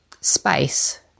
space